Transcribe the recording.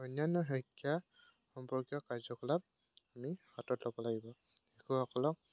অন্যান্য শিক্ষা সম্পৰ্কীয় কাৰ্যকলাপ আমি হাতত ল'ব লাগিব শিশুসকলক